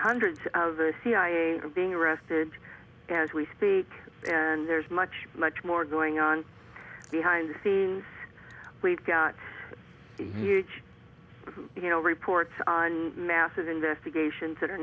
hundreds of the cia being arrested as we speak and there's much much more going on behind the scenes we've got you you know reports on massive investigation today are